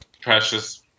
precious